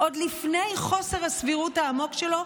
עוד לפני חוסר הסבירות העמוק שלו,